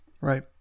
Right